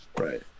Right